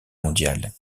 mondiale